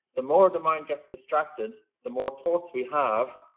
the more the mind gets distracted, the more thoughts we have,